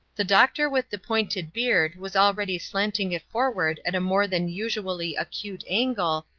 the doctor with the pointed beard was already slanting it forward at a more than usually acute angle,